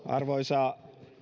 arvoisa